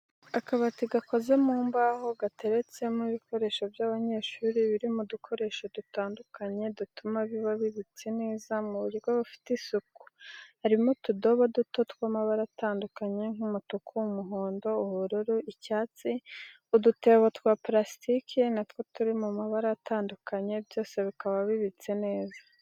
Akabati gakoze mu mbaho gateretsemo ibikoresho by'abanyeshuri biri mu dukoresho dutandukanye dutuma biba bibitse neza mu buryo bufite isuku harimo utudobo duto tw'amabara atandukanye nk'umutuku, umuhondo, ubururu ,icyatsi, udutebo twa parasitiki natwo turi mu mabara atandukanye byose bikaba bibitse neza.